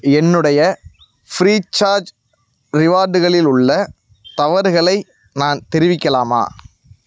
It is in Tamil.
என்னுடைய ஃப்ரீசார்ஜ் ரிவார்டுகளில் உள்ள தவறுகளை நான் தெரிவிக்கலாமா